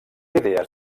idees